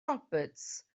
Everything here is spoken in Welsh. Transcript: roberts